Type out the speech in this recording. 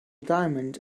diamond